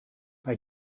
bei